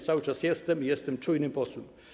Cały czas jestem i jestem czujnym posłem.